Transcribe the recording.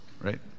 Right